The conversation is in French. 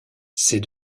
c’est